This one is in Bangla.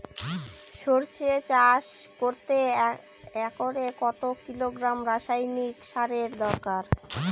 সরষে চাষ করতে একরে কত কিলোগ্রাম রাসায়নি সারের দরকার?